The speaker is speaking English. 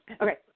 Okay